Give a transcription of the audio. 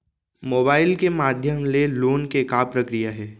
Mobile के माधयम ले लोन के का प्रक्रिया हे?